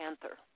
panther